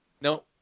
No